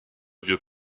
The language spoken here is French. vieux